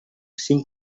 cinc